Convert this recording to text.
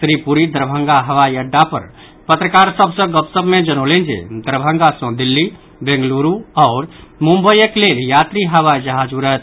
श्री पुरी दरभंगा हवाई अड्डा पर पत्रकार सभ सँ गपशप मे जनौलनि जे दरभंगा सँ दिल्ली बेंगलुरू आओर मुम्बईक लेल यात्री हवाई जहाज उड़त